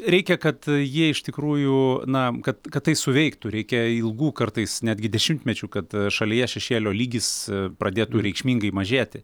reikia kad jie iš tikrųjų na kad kad tai suveiktų reikia ilgų kartais netgi dešimtmečių kad šalyje šešėlio lygis pradėtų reikšmingai mažėti